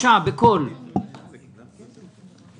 הסכום שעליו מדובר הוא לא 370 שקל אלא 430 שקל,